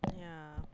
yeah